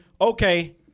okay